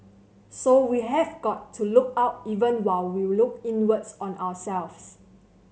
so we have got to look out even while we look inwards on ourselves